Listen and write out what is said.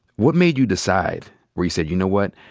what made you decide where you said, you know what?